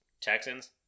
Texans